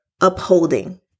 upholding